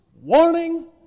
warning